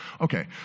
okay